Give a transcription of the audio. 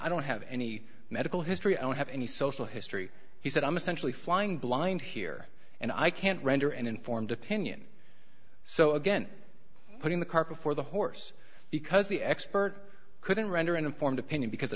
i don't have any medical history i don't have any social history he said i'm essentially flying blind here and i can't render an informed opinion so again putting the cart before the horse because the expert couldn't render an informed opinion because